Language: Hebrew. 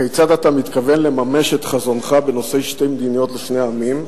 כיצד אתה מתכוון לממש את חזונך בנושא שתי מדינות לשני עמים,